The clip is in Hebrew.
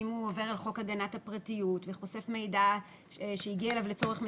אם הוא עובר על חוק הגנת הפרטיות וחושף מידע שהגיע אליו לצורך מסוים,